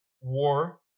War